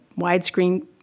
widescreen